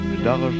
D'argent